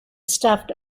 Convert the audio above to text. stuffed